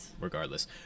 Regardless